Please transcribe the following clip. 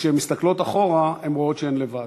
וכשהן מסתכלות אחורה הן רואות שהן לבד,